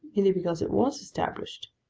merely because it was established.